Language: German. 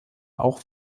auch